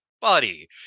buddy